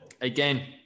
again